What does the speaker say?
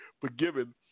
forgiven